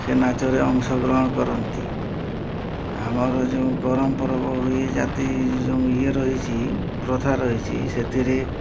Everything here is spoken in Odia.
ସେ ନାଚରେ ଅଂଶଗ୍ରହଣ କରନ୍ତି ଆମର ଯେଉଁ ଗରମ ପର୍ବ ହୁଏ ଜାତି ଯେଉଁ ଇଏ ରହିଛି ପ୍ରଥା ରହିଛି ସେଥିରେ